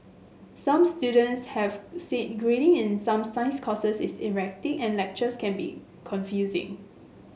some students have said grading in some science courses is erratic and lectures can be confusing